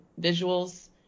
visuals